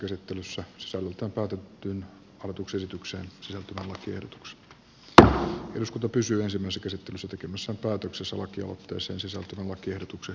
nyt voidaan hyväksyä tai hylätä lakiehdotus jonka sisällöstä päätettiin ensimmäisessä käsittelyssä tekemässä päätöksessä joukkueeseen sisältyvän lakiehdotuksen